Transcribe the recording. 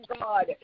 God